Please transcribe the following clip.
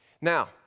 Now